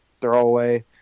throwaway